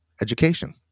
education